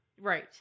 Right